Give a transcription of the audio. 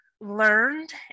learned